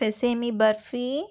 sesame barfi